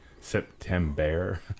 September